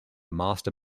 master